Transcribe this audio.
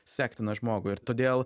sektiną žmogų ir todėl